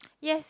yes